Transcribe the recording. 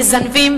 מזנבים,